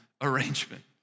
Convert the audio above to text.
arrangement